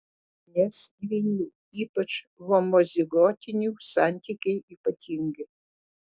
nes dvynių ypač homozigotinių santykiai ypatingi